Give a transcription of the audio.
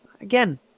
again